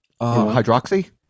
Hydroxy